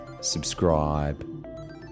subscribe